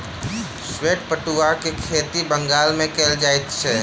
श्वेत पटुआक खेती बंगाल मे कयल जाइत अछि